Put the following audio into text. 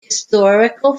historical